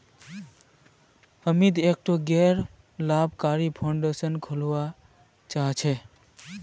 अमित एकटा गैर लाभकारी फाउंडेशन खोलवा चाह छ